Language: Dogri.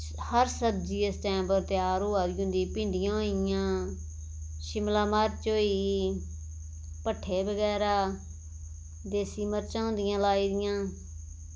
हर सब्जी इस टैम पर त्यार होआ दी होंदी भिंडियां होइयां शिमला मर्च होई भट्ठे बगैरा देसी मर्चां होंदियां लाई दियां